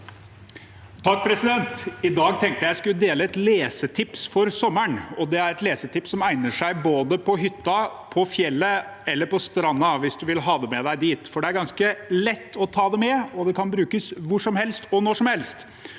(A) I dag tenkte jeg at jeg skulle dele et lesetips for sommeren. Det er et lesetips som egner seg både på hytta, på fjellet og på stranda, hvis du vil ha det med deg dit, for det er ganske lett å ta det med, og det kan brukes hvor som helst og når som helst.